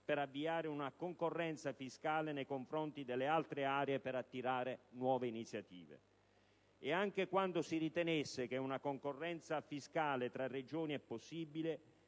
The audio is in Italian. per avviare una concorrenza fiscale nei confronti delle altre aree per attirare nuove iniziative. E anche quando si ritenesse che una concorrenza fiscale tra Regioni è possibile,